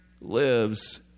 lives